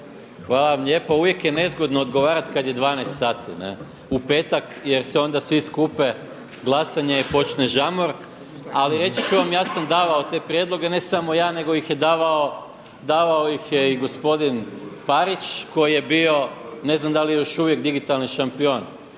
Hvala vam lijepo. Uvijek je nezgodno odgovarati kad je 12,00 sati. Ne? U petak jer se onda svi skupe, glasanje i počne žamor, ali reći ću vam ja sam davao te prijedloge ne samo ja nego ih je davao i gospodin Parić koji je bio, ne znam da li je još uvijek digitalni šampion.